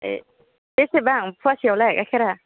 बेसेबां फवासेयावलाय गाइखेरा